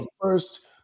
first